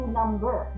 number